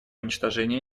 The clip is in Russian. уничтожение